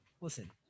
Listen